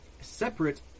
separate